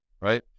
right